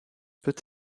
peut